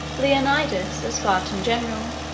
leonidas, a spartan general,